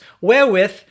wherewith